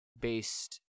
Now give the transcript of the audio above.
based